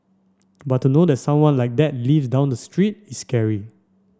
but to know that someone like that lives down the street is scary